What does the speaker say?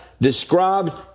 described